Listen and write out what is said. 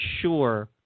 sure